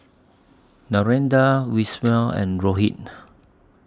Narendra Vishal and Rohit